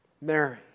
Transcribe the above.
Mary